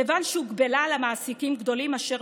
כיוון שהוגבלה למעסיקים גדולים אשר